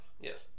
yes